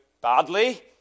badly